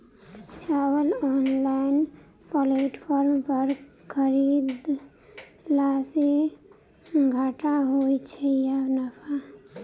चावल online platform पर खरीदलासे घाटा होइ छै या नफा?